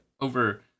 over